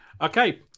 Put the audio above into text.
Okay